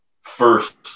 first